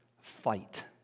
fight